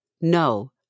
No